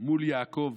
מול יעקב